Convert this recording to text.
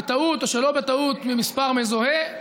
בטעות או שלא בטעות ממספר מזוהה,